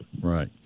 right